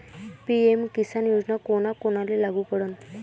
PM Kisan योजना कोना कोनाले लागू पडन?